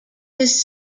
his